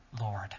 Lord